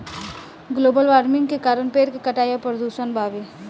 global warming के कारण पेड़ के कटाई आ प्रदूषण बावे